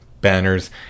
banners